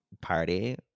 party